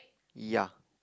yeah